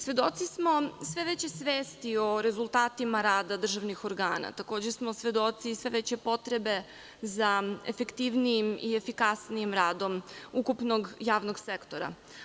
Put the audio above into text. Svedoci smo sve veće svesti o rezultatima rada državnih organa, takođe smo svedoci i sve veće potrebe za efektivnijim i efikasnijim radom ukupnog javnog sektora.